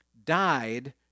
died